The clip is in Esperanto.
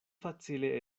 facile